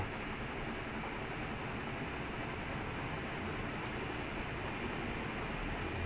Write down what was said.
ஏன் நா:yaen naa no plus like அவ்ளோ:avlo late ah முடிஞ்ச உடனே:mudinja udanae you have to take taxi back home there's no other choice